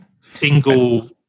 single